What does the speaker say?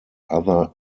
other